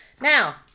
Now